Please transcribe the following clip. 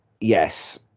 yes